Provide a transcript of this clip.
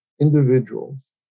individuals